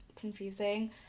confusing